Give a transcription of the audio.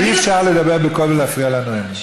אי-אפשר לדבר בקול ולהפריע לנואמת.